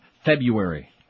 February